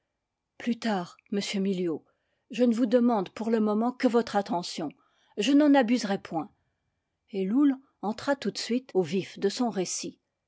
plus tard monsieur miliau je ne vous demande pour le moment que votre attention je n'en abuserai point et loull entra tout de suite au vif de son récit